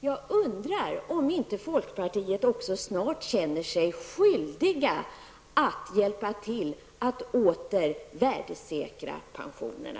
Jag undrar om inte folkpartiet också snart känner sig skyldigt att hjälpa till att åter värdesäkra pensionerna.